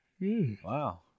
Wow